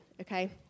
okay